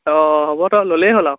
অঁ হ'ব তই ল'লেই হ'ল আৰু